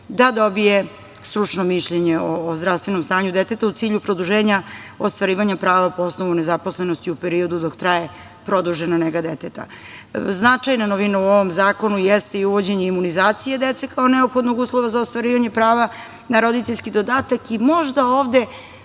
da dobije stručno mišljenje o zdravstvenom stanju deteta, u cilju produženja ostvarivanje prava po osnovu nezaposlenosti u periodu dok traje produžena nega deteta. Značajna novina u ovom zakonu jeste i uvođenje imunizacije dece kao neophodnog uslova za ostvarivanje prava na roditeljski dodatak i možda ovde